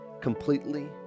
completely